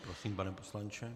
Prosím, pane poslanče.